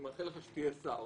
אני מאחל לך שתהיה שר